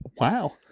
Wow